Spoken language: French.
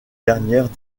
dernières